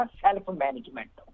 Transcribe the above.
self-management